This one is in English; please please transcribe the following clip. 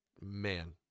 man